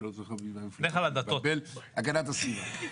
הגנת הסביבה.